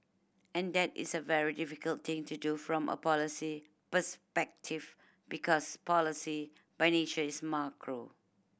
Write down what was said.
and that is a very difficult thing to do from a policy perspective because policy by nature is macro